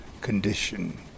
condition